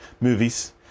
movies